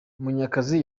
munyakazi